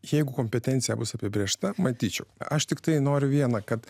jeigu kompetencija bus apibrėžta matyčiau aš tiktai noriu vieną kad